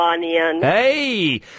Hey